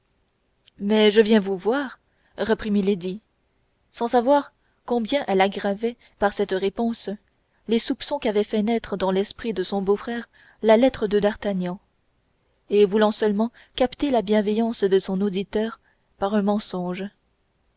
mais je viens vous voir reprit milady sans savoir combien elle aggravait par cette réponse les soupçons qu'avait fait naître dans l'esprit de son beau-frère la lettre de d'artagnan et voulant seulement capter la bienveillance de son auditeur par un mensonge